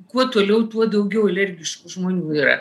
kuo toliau tuo daugiau alergiškų žmonių yra